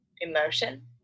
emotion